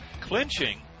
clinching